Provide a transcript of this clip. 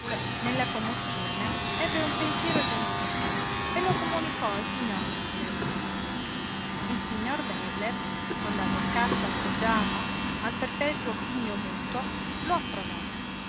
nella commozione ebbe un pensiero gentile e lo comunicò al signor begler il signor begler con la boccaccia atteggiata al perpetuo ghigno muto lo approvò